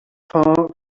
far